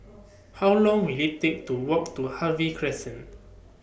How Long Will IT Take to Walk to Harvey Crescent